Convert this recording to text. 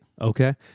Okay